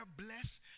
bless